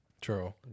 True